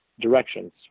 directions